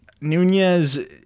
Nunez